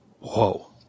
Whoa